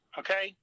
okay